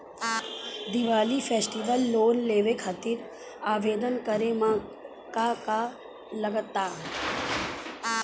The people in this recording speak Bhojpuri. दिवाली फेस्टिवल लोन लेवे खातिर आवेदन करे म का का लगा तऽ?